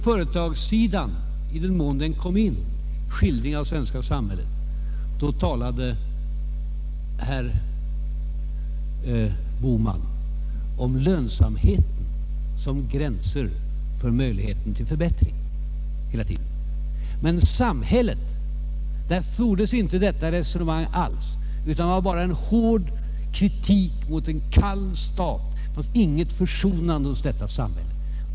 När herr Bohman talade om företagssidan, fanns hela tiden lönsamheten med som gräns för möjligheterna till förbättring. Men när han talade om samhället, fanns inte detta resonemang med alls. Det var bara en hård kritik mot en kall stat. Det fanns inget försonande hos detta samhälle.